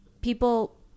people